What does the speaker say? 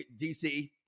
DC